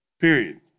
period